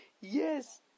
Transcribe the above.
Yes